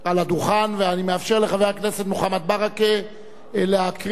אני מאפשר לחבר הכנסת מוחמד ברכה להקריא את שאלתו.